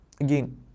again